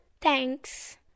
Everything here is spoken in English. Thanks